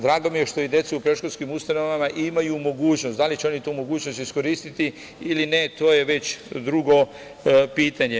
Drago mi je što i deca u predškolskim ustanovama imaju mogućnost, a da li će oni tu mogućnost iskoristiti ili ne, to je već drugo pitanje.